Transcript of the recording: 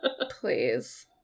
Please